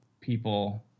people